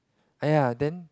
!aiya! then